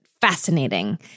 fascinating